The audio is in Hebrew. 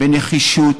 בנחישות,